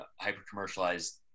hyper-commercialized